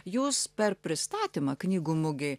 jūs per pristatymą knygų mugėj